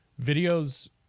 videos